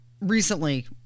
recently-